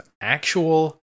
actual